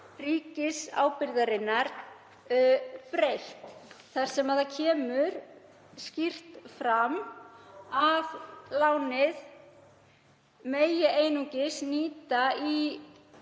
ríkisábyrgðarinnar breytt þar sem það kemur skýrt fram að lánið megi einungis nýta í